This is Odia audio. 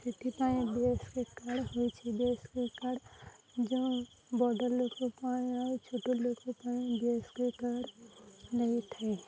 ସେଥିପାଇଁ B S K Y card ହୋଇଛି B S K Y card ଯେଉଁ ବଡ଼ ଲୋକ ପାଇଁ ଆଉ ଛୋଟ ଲୋକ ପାଇଁ B S K Y card ନେଇଥାଏ